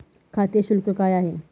खाते शुल्क काय आहे?